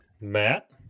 Matt